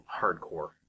hardcore